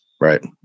Right